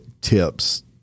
tips